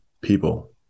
people